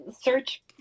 search